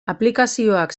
aplikazioak